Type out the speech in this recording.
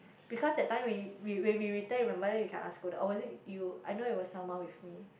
because that time we we when we return with my mother we kena scolded or was it with you I know it was someone with me